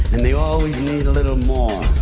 and they always need a little more.